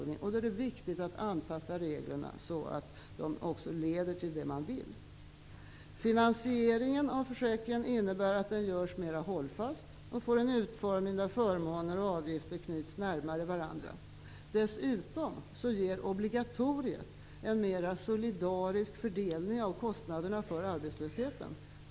Jag menar också att det är viktigt att anpassa reglerna så att de leder till det man vill. Finansieringen av försäkringen innebär att den görs mera hållfast och får en utformning där förmåner och avgifter knyts närmare varandra. Dessutom ger obligatoriet en mer solidarisk fördelning av kostnaderna för arbetslösheten.